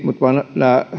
mutta